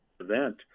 event